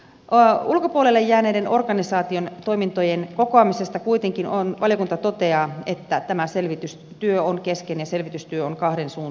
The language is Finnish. ulkopuolelle jääneiden organisaation toimintojen kokoamisesta kuitenkin valiokunta toteaa että tämä selvitystyö on kesken ja selvitystyö on kahdensuuntainen